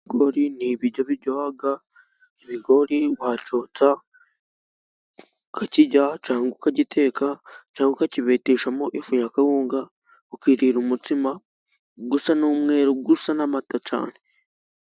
Ibigori ni ibiryo biryoha. Ibigori wacyotsa, ukakirya, cyangwa ukagiteka, cyangwa ukakibeteshamo ifu ya kawunga, ukirira umutsima usa n'umweru, usa n'amata cyane.